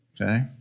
Okay